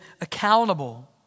accountable